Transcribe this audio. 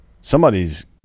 somebody's